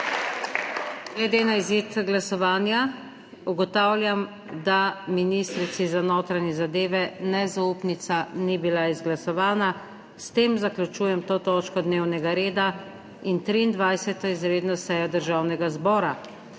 Glede na izid glasovanja ugotavljam, da ministrici za notranje zadeve nezaupnica ni bila izglasovana. S tem zaključujem to točko dnevnega reda in 23. izredno sejo Državnega zbora.